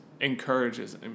encourages